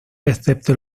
excepto